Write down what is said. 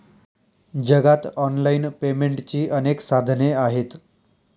जगात ऑनलाइन पेमेंटची अनेक साधने आहेत